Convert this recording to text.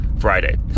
Friday